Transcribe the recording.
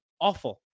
awful